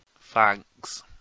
Thanks